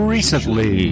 Recently